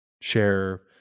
share